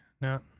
no